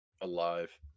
alive